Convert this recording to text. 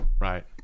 Right